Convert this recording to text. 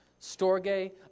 Storge